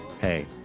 Hey